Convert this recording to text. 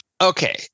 okay